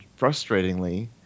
frustratingly